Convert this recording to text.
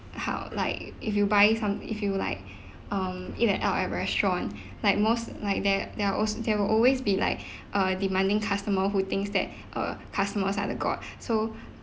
how like if you buy some if you like um eat at out a restaurant like most like there there are there will always be like err demanding customer who thinks that err customers are the god so